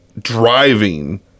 driving